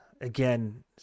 again